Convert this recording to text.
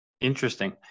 interesting